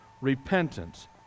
repentance